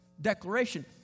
declaration